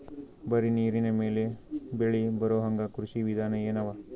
ಬರೀ ನೀರಿನ ಮೇಲೆ ಬೆಳಿ ಬರೊಹಂಗ ಕೃಷಿ ವಿಧಾನ ಎನವ?